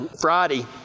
friday